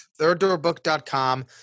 Thirddoorbook.com